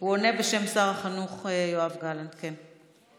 הוא עונה בשם שר החינוך יואב גלנט, כן.